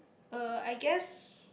uh I guess